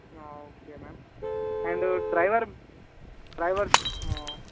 okay ma'am and driver driver